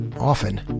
Often